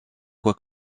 quoi